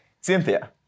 Cynthia